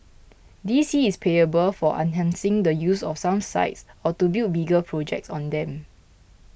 D C is payable for enhancing the use of some sites or to build bigger projects on them